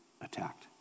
attacked